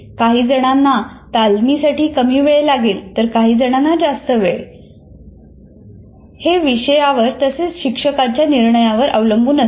काहीजणांना तालमीसाठी कमी वेळ लागेल तर काहीजणांना जास्त ही वेळ विषयावर तसेच शिक्षकांच्या निर्णयांवर अवलंबून असते